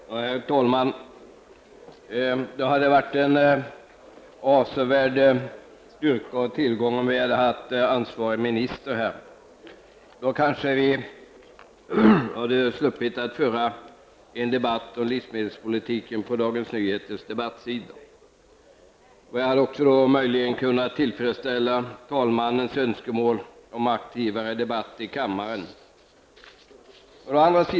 Herr talman! Det hade varit en avsevärd styrka och tillgång om vi hade haft den anvarige ministern här i kammaren. Då hade vi kanske sluppit att föra en debatt om livsmedelspolitiken på Dagens Nyheters debattsida. Jag hade då också möjligen kunnat tillfredsställa talmannens önskemål om aktivare debatt i kammaren.